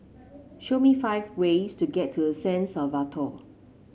show me five ways to get to San Salvador